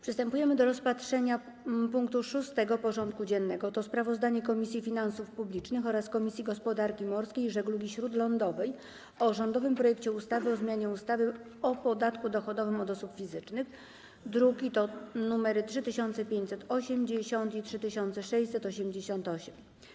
Przystępujemy do rozpatrzenia punktu 6. porządku dziennego: Sprawozdanie Komisji Finansów Publicznych oraz Komisji Gospodarki Morskiej i Żeglugi Śródlądowej o rządowym projekcie ustawy o zmianie ustawy o podatku dochodowym od osób fizycznych (druki nr 3580 i 3688)